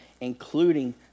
including